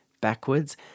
backwards